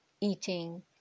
eating